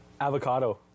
Avocado